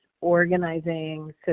organizing